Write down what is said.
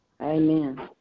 Amen